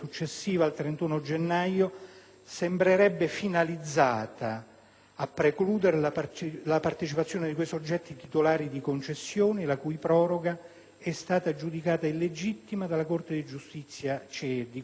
a precludere la partecipazione di quei soggetti titolari di concessioni la cui proroga è stata giudicata illegittima dalla Corte di giustizia CE e, di conseguenza, revocate a decorrere dal 31 gennaio 2009.